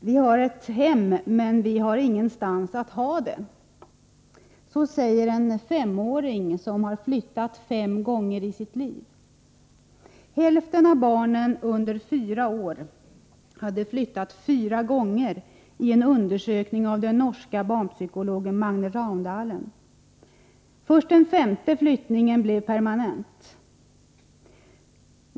Herr talman! ”Vi har ett hem men vi har ingenstans att ha det.” Så säger en femåring som har flyttat fem gånger under sitt liv. Hälften av barnen under fyra år i en undersökning av norska barnpsykologen Magne Raundalen hade flyttat fyra gånger. Först den femte flyttningen blev slutgiltig.